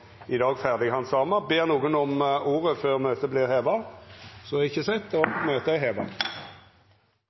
i dag ferdighandsama. Ber nokon om ordet før møtet vert heva? – Møtet er heva.